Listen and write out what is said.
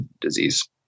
disease